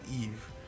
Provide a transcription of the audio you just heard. eve